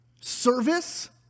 service